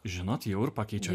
žinot jau ir pakeičia